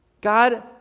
God